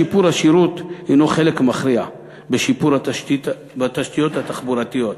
שיפור השירות הנו חלק מכריע בשיפור התשתית והתשתיות התחבורתיות.